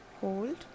hold